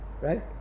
Right